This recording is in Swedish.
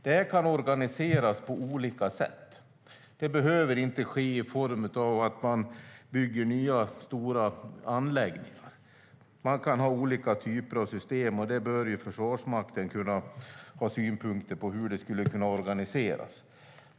Det här kan organiseras på olika sätt. Det behöver inte ske i form av att man bygger nya stora anläggningar. Man kan ha olika typer av system, och Försvarsmakten bör kunna ha synpunkter på hur det skulle kunna organiseras.